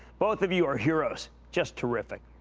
both of you are heroes just terrific.